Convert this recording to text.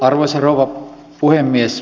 arvoisa rouva puhemies